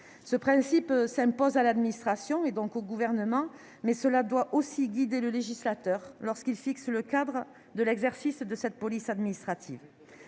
Ce principe s'impose à l'administration, donc au Gouvernement, mais il doit aussi guider le législateur lorsqu'il fixe le cadre de l'exercice de cette police administrative,